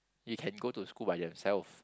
you can go to school by yourself